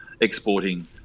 exporting